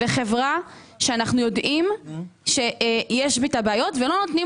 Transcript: לחברה שאנחנו יודעים שיש איתה בעיות ולא נותנים